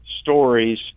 stories